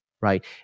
right